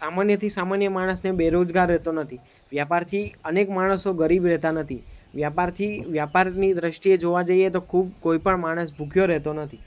સામાન્યથી સામાન્ય માણસને બેરોજગાર રહેતો નથી વ્યાપારથી અનેક માણસો ગરીબ રહેતા નથી વ્યાપારથી વ્યાપારની દૃષ્ટિએ જોવા જઈએ તો ખૂબ કોઈ પણ માણસ ભૂખ્યો રહેતો નથી